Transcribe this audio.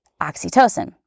oxytocin